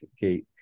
gate